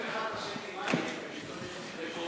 חבר